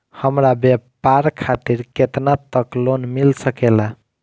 हमरा व्यापार खातिर केतना तक लोन मिल सकेला?